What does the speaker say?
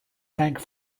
tank